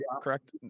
correct